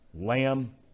Lamb